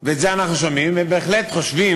ואת זה אנחנו שומעים, הם בהחלט חושבים,